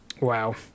wow